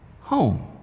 Home